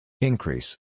Increase